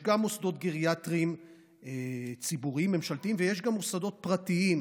יש גם מוסדות גריאטריים ציבוריים-ממשלתיים וגם מוסדות פרטיים,